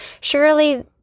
surely